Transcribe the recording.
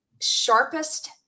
sharpest